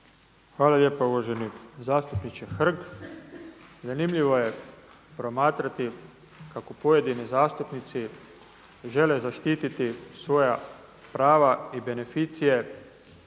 Hvala lijepa. Uvaženi zastupniče Hrg, zanimljivo je promatrati kako pojedini zastupnici žele zaštiti svoja prava i beneficije